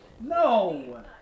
No